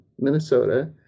Minnesota